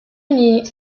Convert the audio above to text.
needs